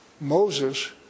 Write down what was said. Moses